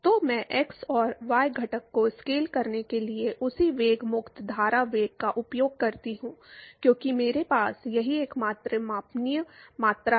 तो मैं एक्स और वाई घटक को स्केल करने के लिए उसी वेग मुक्त धारा वेग का उपयोग करता हूं क्योंकि मेरे पास यही एकमात्र मापनीय मात्रा है